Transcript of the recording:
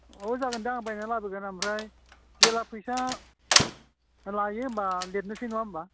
औ जागोन दे आं बायना लाबोगोन ओमफ्राय जेला फैसा लायो होमब्ला आं लिरनोसै नङा होमब्ला